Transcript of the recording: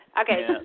Okay